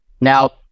Now